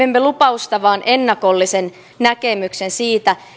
emme lupausta vaan ennakollisen näkemyksen siitä